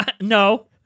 no